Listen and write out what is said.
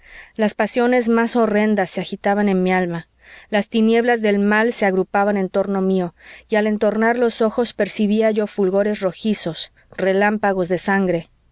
las pasiones más horrendas se agitaban en mi alma las tinieblas del mal se agrupaban en torno mío y al entornar los ojos percibía yo fulgores rojizos relámpagos de sangre